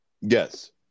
yes